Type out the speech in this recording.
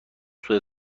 سوء